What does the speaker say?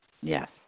yes